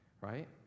right